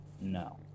No